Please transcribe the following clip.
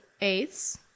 eighths